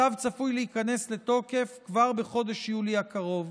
הצו צפוי להיכנס לתוקף כבר בחודש יולי הקרוב.